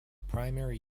primary